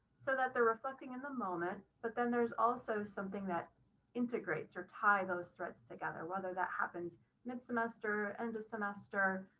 so that they're reflecting in the moment, but then there's also something that integrates or tie those threads together, whether that happens mid semester and two semester,